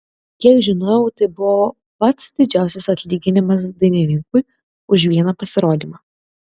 kiek žinojau tai buvo pats didžiausias atlyginimas dainininkui už vieną pasirodymą